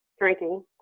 drinking